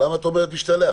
אבל למה את אומרת משתלח?